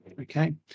Okay